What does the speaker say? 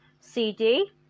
CD